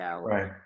Right